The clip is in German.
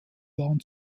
waren